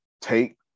take